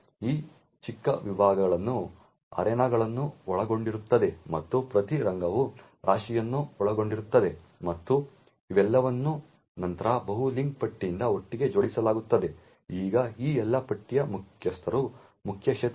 ಈ ಚಿಕ್ಕ ವಿಭಾಗಗಳು ಅರೇನಾಗಳನ್ನು ಒಳಗೊಂಡಿರುತ್ತವೆ ಮತ್ತು ಪ್ರತಿ ರಂಗವು ರಾಶಿಗಳನ್ನು ಒಳಗೊಂಡಿರುತ್ತದೆ ಮತ್ತು ಇವೆಲ್ಲವನ್ನೂ ನಂತರ ಬಹು ಲಿಂಕ್ ಪಟ್ಟಿಯಿಂದ ಒಟ್ಟಿಗೆ ಜೋಡಿಸಲಾಗುತ್ತದೆ ಈಗ ಈ ಎಲ್ಲಾ ಪಟ್ಟಿಯ ಮುಖ್ಯಸ್ಥರು ಮುಖ್ಯ ಕ್ಷೇತ್ರವಾಗಿದೆ